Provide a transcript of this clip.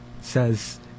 says